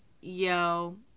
yo